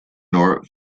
noor